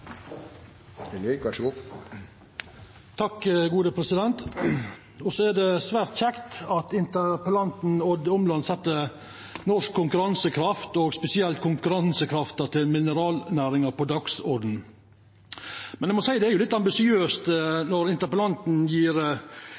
svært kjekt at interpellanten Odd Omland set norsk konkurransekraft og spesielt konkurransekrafta til mineralnæringa på dagsordenen. Eg må seia det at det er litt ambisiøst når interpellanten